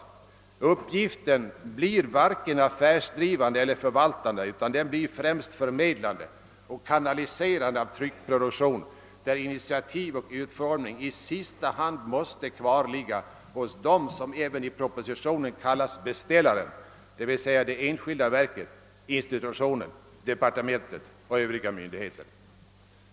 Den uppgift det här gäller blir varken affärsdrivande eller förvaltande, den blir främst ett förmedlande och kanaliserande av trycksaker, där initiativ och utformning i sista hand måste kvarligga hos den som även i propositionen kallas beställaren, d. v. s. det enskilda verket, departementet, den enskilda institutionen eller myndigheten.